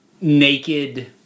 naked